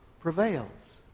prevails